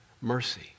Mercy